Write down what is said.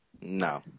No